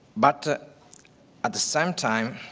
but at the same time,